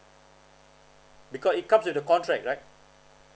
because it comes with the contract right